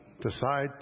decide